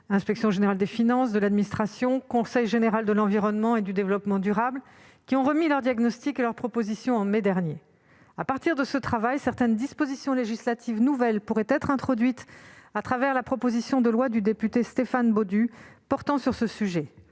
Inspection générale de l'administration et Conseil général de l'environnement et du développement durable -, qui ont remis leur diagnostic et leurs propositions en mai dernier. Sur le fondement de ce travail, certaines dispositions législatives nouvelles pourraient être introduites, la proposition de loi du député Stéphane Baudu portant sur ce sujet.